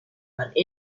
had